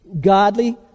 Godly